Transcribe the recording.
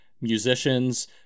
musicians